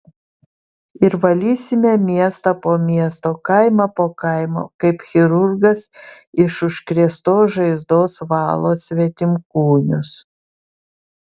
ir valysime miestą po miesto kaimą po kaimo kaip chirurgas iš užkrėstos žaizdos valo svetimkūnius